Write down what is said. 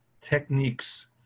techniques